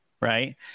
Right